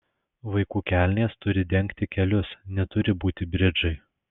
vaikų kelnės turi dengti kelius neturi būti bridžai